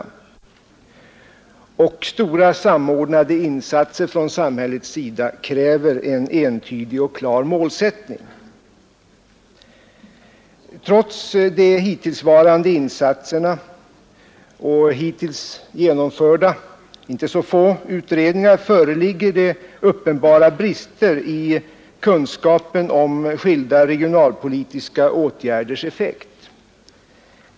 Och stora samordnade insatser från samhällets sida kräver en entydig och klar målsättning. Trots de hittillsvarande insatserna och inte så få hittills genomförda utredningar föreligger uppenbara brister i kunskapen om skilda regionalpolitiska åtgärders effekt.